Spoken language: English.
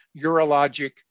urologic